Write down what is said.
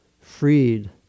Freed